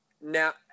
now